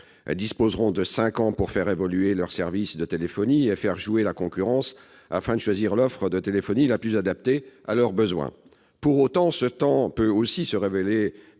disposeront de cinq ans pour faire évoluer leurs services de téléphonie et faire jouer la concurrence, afin de choisir l'offre de téléphonie la plus adaptée à leurs besoins. Ce temps peut aussi se révéler